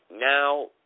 now